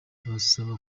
abasaba